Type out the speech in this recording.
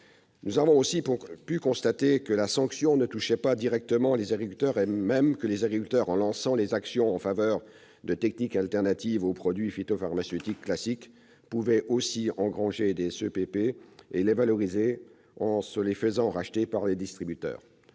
Nous avons aussi pu constater que la sanction ne touchait pas directement les agriculteurs, et même que les agriculteurs, en lançant des actions en faveur de techniques alternatives aux produits phytopharmaceutiques classiques, pouvaient aussi engranger des CEPP et les valoriser en se les faisant racheter par les distributeurs.